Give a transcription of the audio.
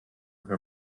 her